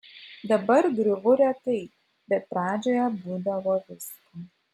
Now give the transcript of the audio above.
dabar griūvu retai bet pradžioje būdavo visko